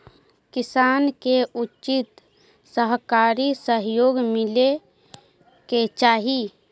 किसान के उचित सहकारी सहयोग मिले के चाहि